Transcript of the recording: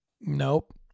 Nope